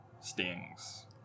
stings